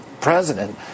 President